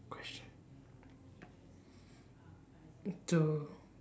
question two